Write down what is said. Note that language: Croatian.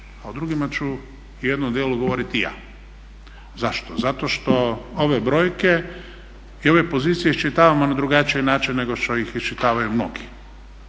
a o drugima ću u jednom dijelu govorit i ja. Zašto? Zato što ove brojke i ove pozicije iščitavamo na drugačiji način nego što ih iščitavaju mnogi.